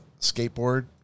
skateboard